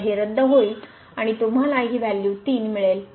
तर हे रद्द होईल आणि तुम्हाला ही व्हॅल्यू 3 मिळेल